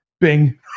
bing